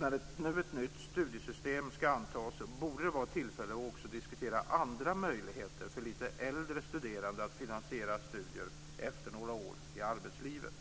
När nu ett nytt studiesystem ska antas borde det vara tillfälle att också diskutera andra möjligheter för lite äldre studerande att finansiera studier efter några år i arbetslivet.